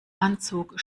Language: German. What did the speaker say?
anzug